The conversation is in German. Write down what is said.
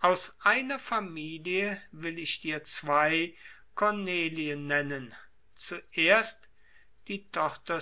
aus einer familie will ich dir zwei cornelien nennen zuerst die tochter